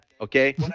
Okay